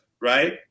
right